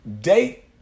date